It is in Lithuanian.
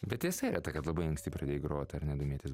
bet tiesa yra ta kad labai anksti pradėjai grot ar ne domėtis